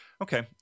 Okay